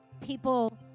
People